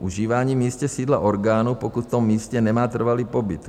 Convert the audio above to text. Užívání v místě sídla orgánu, pokud v tom místě nemá trvalý pobyt.